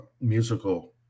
musical